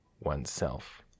oneself